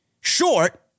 Short